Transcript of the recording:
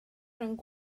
rhwng